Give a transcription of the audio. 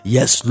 Yes